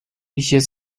一些